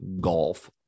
golf